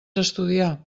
estudiar